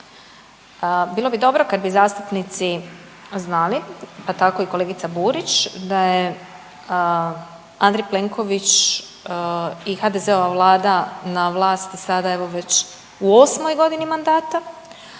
Bilo bi dobro kad bi zastupnici znali, pa tako i kolegica Burić da je Andrej Plenković i HDZ-ova vlada na vlasti sada evo već u 8. g. mandata,